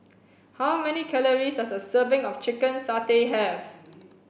how many calories does a serving of chicken satay have